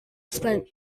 spent